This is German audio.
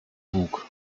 bug